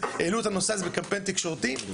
העלו את הנושא הזה לקמפיין תקשורתי,